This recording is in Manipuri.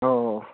ꯑꯧ ꯑꯧ